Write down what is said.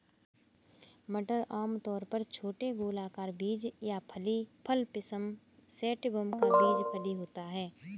मटर आमतौर पर छोटे गोलाकार बीज या फली फल पिसम सैटिवम का बीज फली होता है